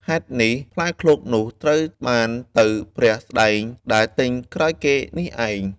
ហេតុនេះ ផ្លែឃ្លោកនោះត្រូវបានទៅព្រះស្ដែងដែលទិញក្រោយគេនេះឯង”។